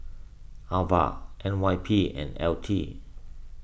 Ava N Y P and L T